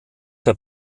der